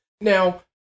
Now